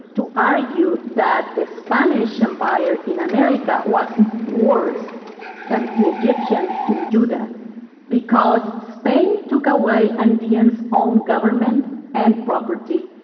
to argue that the spanish empire in america was worse than the egyptians in judah because spain took away andean's own government and property,